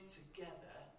together